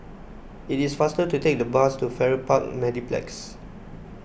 it is faster to take the bus to Farrer Park Mediplex